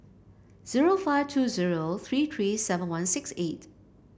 zero five two zero three three seven one six eight